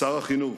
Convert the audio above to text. שר החינוך,